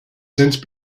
since